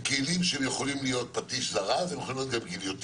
שהם כלים שיכולים להיות פטיש זרז והם יכולים להיות גם גיליוטינה.